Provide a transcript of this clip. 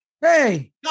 Hey